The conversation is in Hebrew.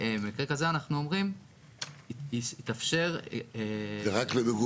מי --- אני לא בטוח שכל הבעיות יהיו רק במשרד המשפטים,